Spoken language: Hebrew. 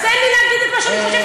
אז תן לי להגיד את מה שאני חושבת,